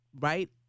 right